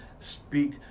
speak